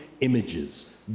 images